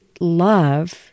love